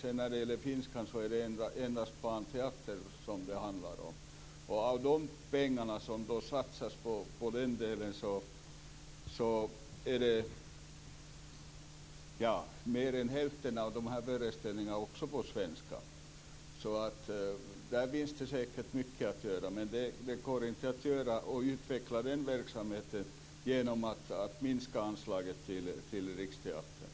På finska finns endast barnteater. Mer än hälften av de föreställningarna är också på svenska. Där finns det säkert mycket att göra. Det går inte att utveckla den verksamheten genom att minska anslaget till Riksteatern.